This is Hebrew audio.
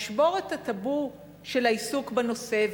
לשבור את הטבו של העיסוק בנושא,